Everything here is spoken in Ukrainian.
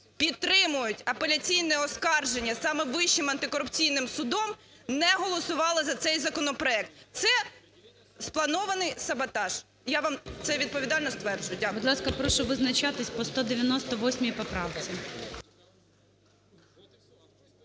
підтримують апеляційне оскарження саме Вищим антикорупційним судом, не голосували за цей законопроект. Це спланований саботаж, я вам це відповідально стверджую. Дякую.